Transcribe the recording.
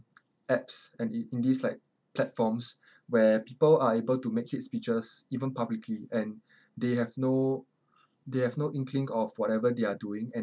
apps and in in these like platforms where people are able to make hate speeches even publicly and they have no they have no inkling of whatever they are doing and